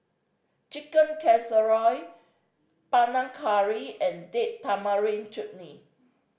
Chicken Casserole Panang Curry and Date Tamarind Chutney